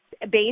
based